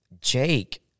Jake